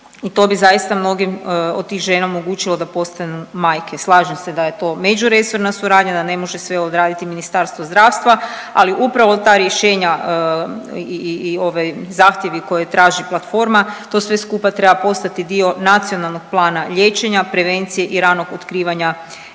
to bi zaista mnogim od tih žena omogućilo da postanu majke, slažem se da je to međuresorna suradnja, da ne može sve odraditi Ministarstvo zdravstva, ali upravo ta rješenja i ovi zahtjevi koje traži platforma, to sve skupa treba postati dio nacionalnog plana liječenja, prevencije i ranog otkrivanja